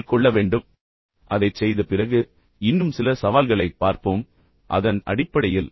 இப்போது அதைச் செய்த பிறகு இன்னும் சில சவால்களைப் பார்ப்போம் அதன் அடிப்படையில்